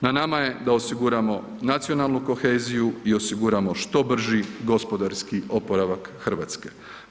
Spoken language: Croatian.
Na nama je da osiguramo nacionalnu koheziju i osiguramo što brži gospodarski oporavak Hrvatske.